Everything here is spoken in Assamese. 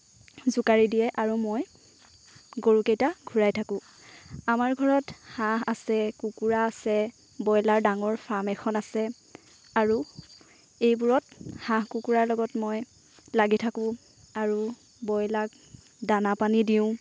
জোকাৰি দিয়ে আৰু মই গৰুকেইটা ঘূৰাই থাকোঁ আমাৰ ঘৰত হাঁহ আছে কুকুৰা আছে ব্ৰইলাৰ ডাঙৰ ফাৰ্ম এখন আছে আৰু এইবোৰত হাঁহ কুকুৰাৰ লগত মই লাগি থাকোঁ আৰু ব্ৰইলাৰক দানা পানী দিওঁ